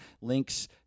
links